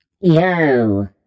Yo